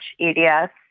EDS